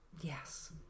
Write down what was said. Yes